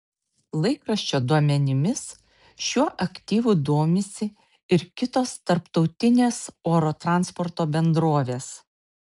laikraščio duomenimis šiuo aktyvu domisi ir kitos tarptautinės oro transporto bendrovės